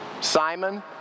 Simon